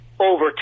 over